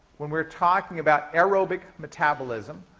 when we're talking about aerobic metabolism,